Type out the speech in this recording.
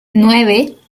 nueve